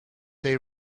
they